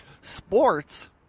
Sports